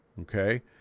okay